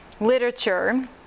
literature